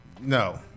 No